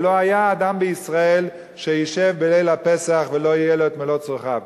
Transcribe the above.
ולא היה אדם בישראל שישב בליל הפסח ולא יהיה לו את מלוא צרכיו.